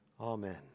Amen